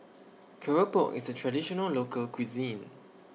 Keropok IS A Traditional Local Cuisine